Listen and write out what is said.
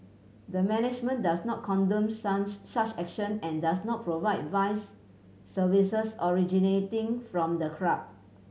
the management does not condone such action and does not provide vice services originating from the club